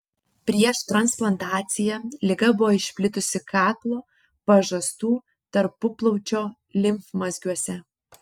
prieš transplantaciją liga buvo išplitusi kaklo pažastų tarpuplaučio limfmazgiuose